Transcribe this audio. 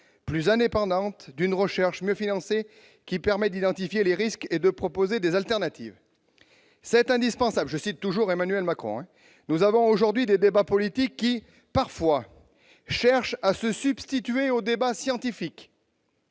plus indépendante, d'une recherche mieux financée qui permet d'identifier les risques et de proposer des alternatives. C'est indispensable. Nous avons aujourd'hui des débats politiques qui, parfois, cherchent à se substituer au débat scientifique.